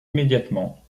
immédiatement